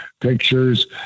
pictures